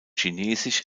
chinesisch